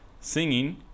Singing